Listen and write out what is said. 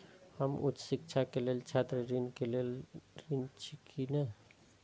हम उच्च शिक्षा के लेल छात्र ऋण के लेल ऋण छी की ने?